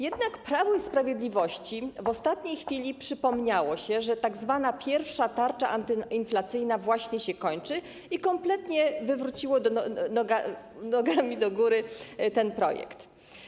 Jednak Prawu i Sprawiedliwości w ostatniej chwili przypomniało się, że tzw. pierwsza tarcza antyinflacyjna właśnie się kończy, i kompletnie wywróciło ten projekt do góry nogami.